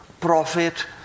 profit